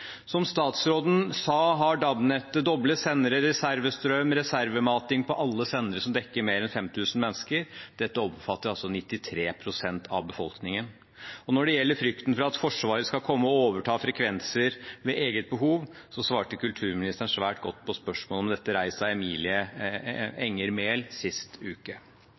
Som statsråden sa, har DAB-nettet doble sendere, reservestrøm og reservemating på alle sendere som dekker mer enn 5 000 mennesker. Dette omfatter altså 93 pst. av befolkningen. Når det gjelder frykten for at Forsvaret skal komme og overta frekvenser ved eget behov, svarte kulturministeren svært godt på spørsmålet om dette, som ble reist av Emilie Enger Mehl, sist uke.